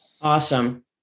Awesome